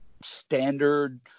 standard